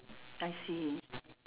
I see